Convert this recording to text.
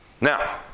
now